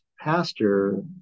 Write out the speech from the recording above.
pastor